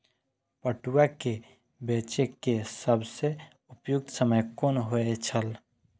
पटुआ केय बेचय केय सबसं उपयुक्त समय कोन होय छल?